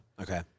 Okay